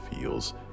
feels